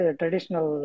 traditional